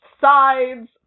sides